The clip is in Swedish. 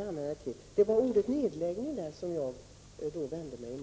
annan vård. Det var just ordet nedläggning som jag vände mig mot.